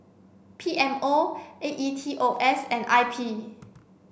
P M O A E T O S and I P